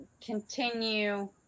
continue